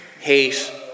hate